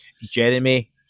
Jeremy